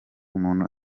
umuntu